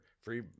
free